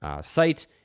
site